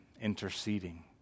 interceding